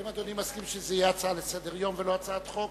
האם אדוני מסכים שזה יהיה הצעה לסדר-היום ולא הצעת חוק?